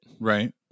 Right